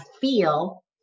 feel